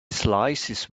slices